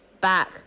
back